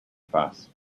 fuss